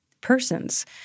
persons